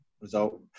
result